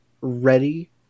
ready